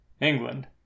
England